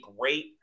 great